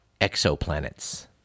exoplanets